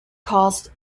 caused